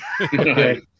Okay